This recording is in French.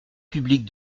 public